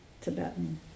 Tibetan